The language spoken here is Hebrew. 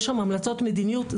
יש שם המלצות מדיניות.